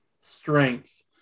strength